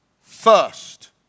first